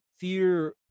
fear